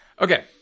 Okay